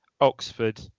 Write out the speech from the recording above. Oxford